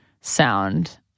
sound